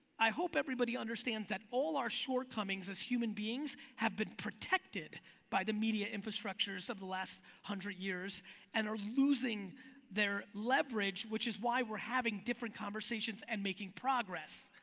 i hope everybody understands that all our shortcomings as human beings have been protected by the media infrastructures of the last one hundred years and are losing their leverage which is why we're having different conversations and making progress.